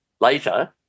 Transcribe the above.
later